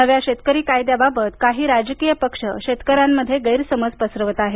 नव्या शेतकरी कायद्याबाबत काही राजकीय पक्ष शेतकऱ्यांमध्ये गैरसमज पसरवत आहेत